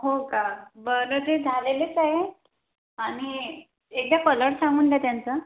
हो का बरं ते झालेलेच आहे आणि एका कलर सांगून द्या त्यांचं